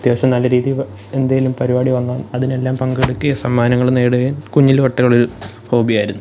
അത്യാവശ്യം നല്ല രീതിയില് എന്തേലും പരിപാടി വന്നാല് അതിനെല്ലാം പങ്കെടുക്കുകയും സമ്മാനങ്ങള് നേടുകയും കുഞ്ഞില് തൊട്ടേ ഒരു ഹോബിയായിരുന്നു